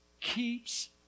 keeps